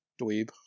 dweeb